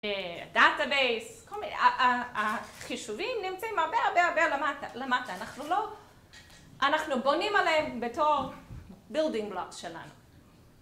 דאטה-בייס, החישובים נמצאים הרבה, הרבה, הרבה למטה. אנחנו לא, אנחנו בונים עליהם בתור בילדינג-בלוק שלנו.